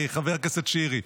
חבר הכנסת שירי?